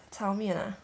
炒面啊